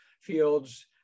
fields